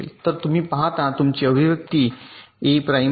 तर तुम्ही पाहता तुमची अभिव्यक्ती ए प्राइम आहे